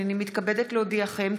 הינני מתכבדת להודיעכם,